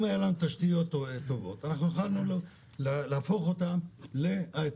ואם היו לנו תשתיות טובות היינו יכולים להפוך אותם להייטק.